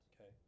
Okay